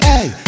Hey